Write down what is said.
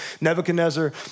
Nebuchadnezzar